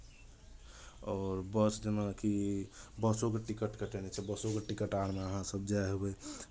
आओर बस जेनाकि बसोके टिकट कटयने छै बसोके टिकट अहाँसभ जाइ हेबै